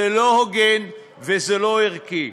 זה לא הוגן וזה לא ערכי.